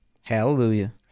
Hallelujah